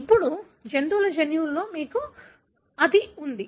ఇప్పుడు జంతువుల జన్యువులో మీకు ఇది ఉంది